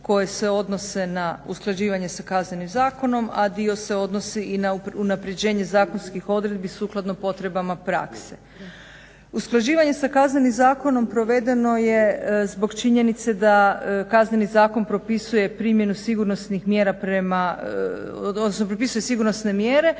koje se odnose na usklađivanje sa Kaznenim zakonom, a dio se odnosi i na unapređenje zakonskih odredbi sukladno potreba prakse. Usklađivanje sa Kaznenim zakonom provedeno je zbog činjenice da Kazneni zakon propisuje sigurnosnih mjere a da bi ih odgovarajuće